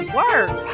work